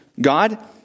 God